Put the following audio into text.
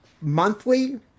monthly